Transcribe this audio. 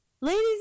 Ladies